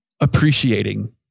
appreciating